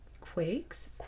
quakes